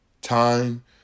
time